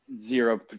zero